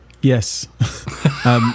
Yes